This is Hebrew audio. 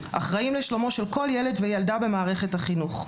אחראים לשלומו של כל ילד וילדה במערכת החינוך.